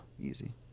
Easy